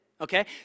okay